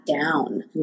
down